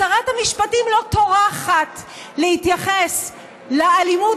אז שרת המשפטים לא טורחת להתייחס לאלימות